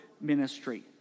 ministry